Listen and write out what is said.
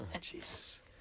Jesus